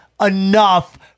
enough